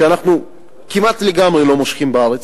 שאנחנו כמעט לגמרי לא מושכים בארץ,